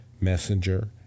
Messenger